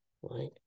One